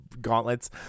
gauntlets